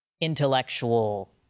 intellectual